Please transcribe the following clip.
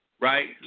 right